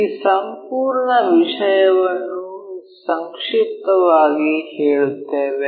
ಈ ಸಂಪೂರ್ಣ ವಿಷಯವನ್ನು ಸಂಕ್ಷಿಪ್ತವಾಗಿ ಹೇಳುತ್ತೇವೆ